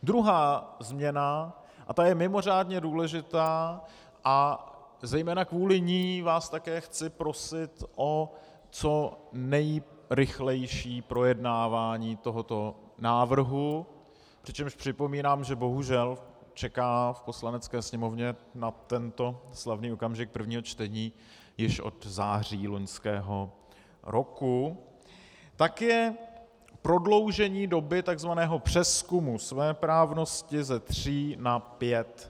Druhá změna, a ta je mimořádně důležitá a zejména kvůli ní vás také chci prosit o co nejrychlejší projednávání tohoto návrhu přičemž připomínám, že bohužel čeká v Poslanecké sněmovně na tento slavný okamžik prvního čtení již od září loňského roku , je prodloužení doby takzvaného přezkumu svéprávnosti ze tří na pět.